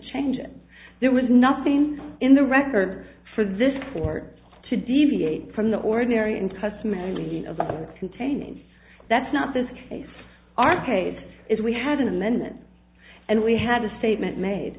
change it there was nothing in the record for this court to deviate from the ordinary and customary only contains that's not this case our case is we had an amendment and we had a statement made